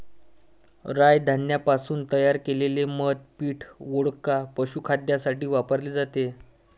राय धान्यापासून तयार केलेले मद्य पीठ, वोडका, पशुखाद्यासाठी वापरले जाते